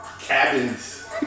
cabins